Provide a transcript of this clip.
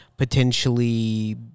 Potentially